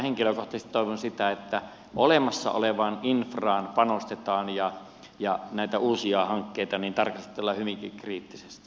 ainakin henkilökohtaisesti toivon että olemassa olevaan infraan panostetaan ja näitä uusia hankkeita tarkastellaan hyvinkin kriittisesti